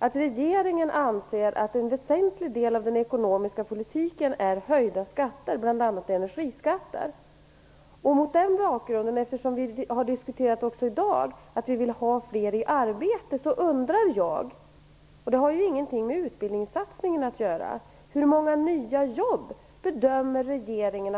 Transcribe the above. att regeringen anser att en väsentlig del av den ekonomiska politiken är höjda skatter, bl.a. energiskatter. Mot den bakgrunden, och eftersom vi också i dag har diskuterat att vi vill ha fler i arbete, undrar jag hur många jobb regeringen bedömer att man kan åstadkomma med dessa höjda företagsbeskattningar.